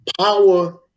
Power